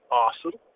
awesome